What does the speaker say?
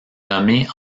nommée